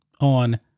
on